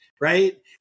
right